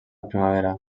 primavera